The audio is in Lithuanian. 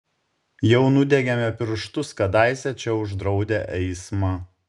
jau nudegėme pirštus kadaise čia uždraudę eismą